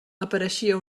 apareixia